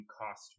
cost